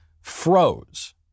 froze